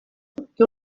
que